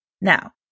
Now